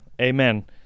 amen